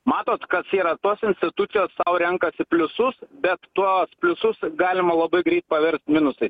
matote kas yra tos institucijos sau renkasi pliusus bet tuos pliusus galima labai greit paverst minusai